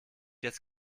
jetzt